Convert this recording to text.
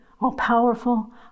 all-powerful